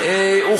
לשדר חדשות.